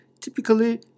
typically